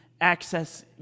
access